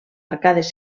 arcades